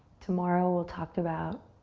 tomorrow, we'll talk about,